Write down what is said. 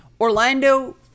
Orlando